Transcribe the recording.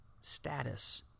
status